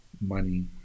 money